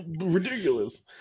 ridiculous